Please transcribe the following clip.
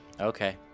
Okay